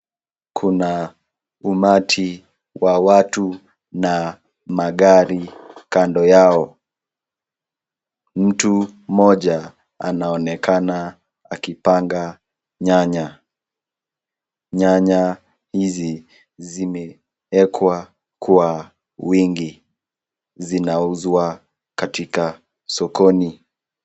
Kuna umati wa watu na magari kando yao. Mtu mmoja anaonekana akipanga nyanya. Nyanya hizi zimeekwa kwa wingi zinauzwa katika sokoni.